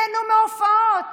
תיהנו מההופעות.